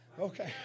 Okay